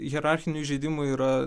hierarchinių įžeidimų yra